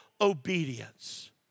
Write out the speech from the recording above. obedience